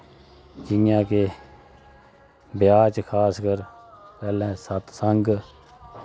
जियां के ब्याहं च खासकर पैह्लैं सत संग